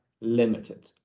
limited